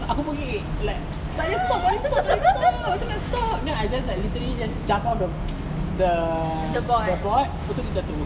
aku pekik like takleh stop takleh stop takleh stop macam mana nak stop then I just like literally just jump out of the the the board lepas tu dia jatuh